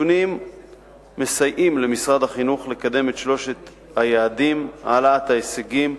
הנתונים מסייעים למשרד החינוך לקדם את שלושת היעדים: העלאת ההישגים,